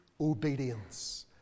obedience